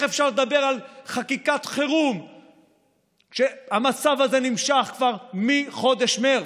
איך אפשר לדבר על חקיקת חירום כשהמצב הזה נמשך כבר מחודש מרץ?